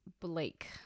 Blake